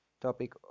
topic